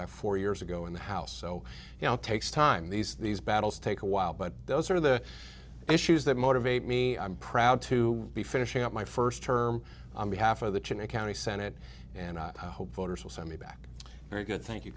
back four years ago in the house so now takes time these these battles take a while but those are the issues that motivate me i'm proud to be finishing up my first term half of the chyna county senate and i hope voters will send me back very good thank you